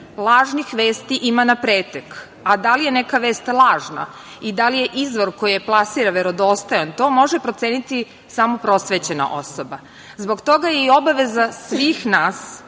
Lažnih vesti ma na pretek, a da li je neka vest lažna i da li je izvor koji je plasira verodostojan to može proceniti samo prosvećena osoba. Zbog toga je i obaveza svih nas